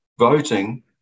voting